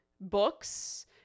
books